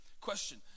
question